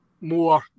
more